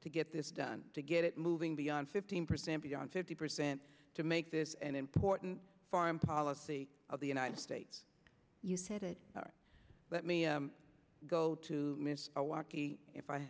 to get this done to get it moving beyond fifteen percent beyond fifty percent to make this an important foreign policy of the united states you said it let me go to mr walkie if i ha